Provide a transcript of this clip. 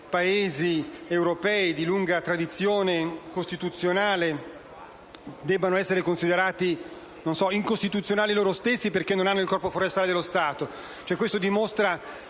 Paesi europei di lunga tradizione costituzionale debbano essere considerati incostituzionali loro stessi perché non hanno il Corpo forestale dello Stato.